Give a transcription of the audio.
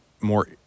more